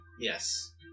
Yes